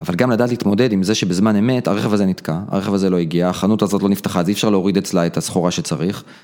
אבל גם לדעת להתמודד עם זה שבזמן אמת הרכב הזה נתקע, הרכב הזה לא הגיע, החנות הזאת לא נפתחה, אז אי אפשר להוריד אצלה את הסחורה שצריך.